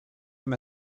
him